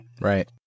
Right